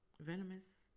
Venomous